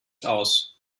aus